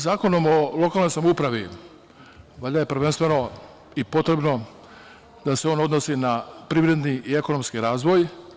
Zakonom o lokalnoj samoupravi valjda je prvenstveno i potrebno da se on odnosi na privredni i ekonomski razvoj.